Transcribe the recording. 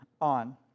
on